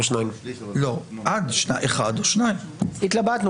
לא הטעם היחיד שאלת העומס; והתכלית,